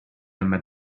met